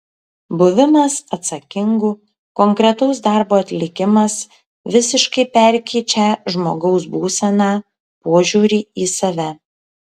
buvimas atsakingu konkretaus darbo atlikimas visiškai perkeičią žmogaus būseną požiūrį į save